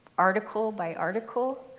article by article.